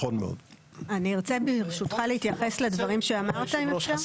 אני ארצה ברשותך להתייחס לדברים שאמרת אם אפשר.